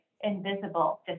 invisible